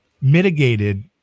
mitigated